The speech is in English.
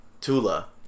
Tula